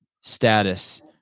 status